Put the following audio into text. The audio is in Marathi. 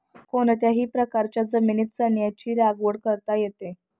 कोणत्याही प्रकारच्या जमिनीत चण्याची लागवड करता येते